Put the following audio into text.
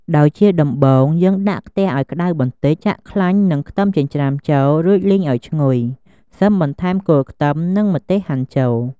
ដោយជាដំំបូង យើងដាក់ខ្ទះឱ្យក្ដៅបន្តិច ចាក់ខ្លាញ់ និងខ្ទឹមចិញ្ច្រំាចូល រួចលីងឱ្យឈ្ងុយ សិមបន្ថែមគល់ខ្ទឹម និងម្ទេសហាន់ចូល។